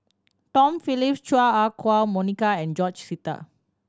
Tom Phillips Chua Ah Huwa Monica and George Sita